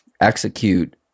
execute